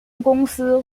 公司